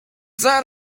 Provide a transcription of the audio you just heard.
that